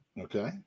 Okay